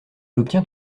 obtient